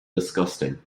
disgusting